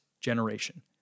generation